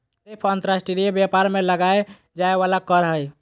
tariff अंतर्राष्ट्रीय व्यापार में लगाल जाय वला कर हइ